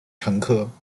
乘客